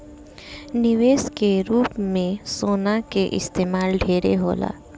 निवेश के रूप में सोना के इस्तमाल ढेरे होला